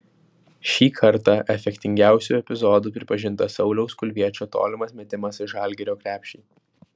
šį kartą efektingiausiu epizodu pripažintas sauliaus kulviečio tolimas metimas į žalgirio krepšį